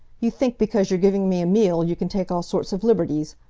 you think because you're giving me a meal, you can take all sorts of liberties.